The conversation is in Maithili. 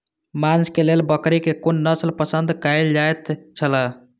मांस के लेल बकरी के कुन नस्ल पसंद कायल जायत छला?